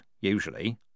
usually